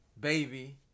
baby